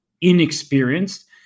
inexperienced